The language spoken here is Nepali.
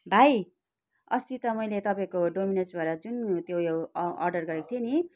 भाइ अस्ति त मैले तपाईँको डोमिनोसबाट जुन त्यो यो अडर गरेको थिएँ नि